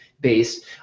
based